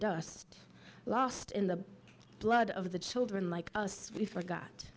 dust lost in the blood of the children like us we forgot